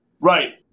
Right